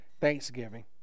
thanksgiving